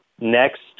Next